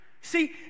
See